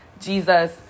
Jesus